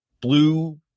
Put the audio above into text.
blue